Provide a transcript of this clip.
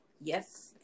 Yes